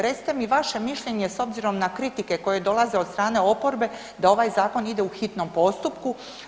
Recite mi vaše mišljenje s obzirom na kritike koje dolaze od strane oporbe da ovaj zakon ide u hitnom postupku.